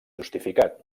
justificat